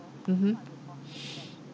mmhmm